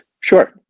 Sure